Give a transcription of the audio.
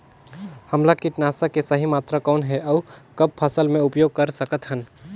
हमला कीटनाशक के सही मात्रा कौन हे अउ कब फसल मे उपयोग कर सकत हन?